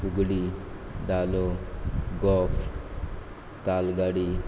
फुगडी धालो गोफ तालगाडी